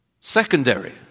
secondary